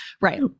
Right